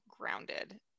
grounded